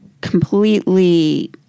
Completely